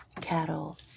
cattle